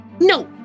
No